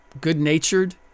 good-natured